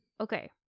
Okay